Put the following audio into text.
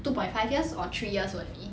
two point five years or three years only